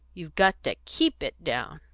you've got to keep it down